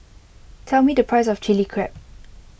tell me the price of Chili Crab